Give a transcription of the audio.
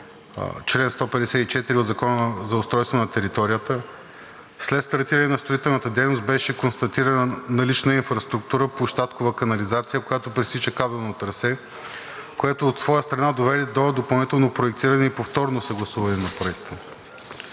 чл. 154 от Закона за устройство на територията. След стартиране на строителната дейност беше констатирана налична инфраструктура – площадкова канализация, която пресича кабелно трасе, което от своя страна доведе до допълнително проектиране и повторно съгласуване на проекта.